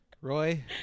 Roy